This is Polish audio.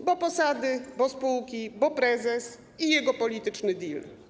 bo posady, bo spółki, bo prezes i jego polityczny deal.